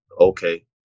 okay